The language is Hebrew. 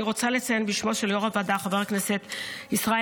אני רוצה לציין בשמו של יו"ר הועדה חבר הכנסת ישראל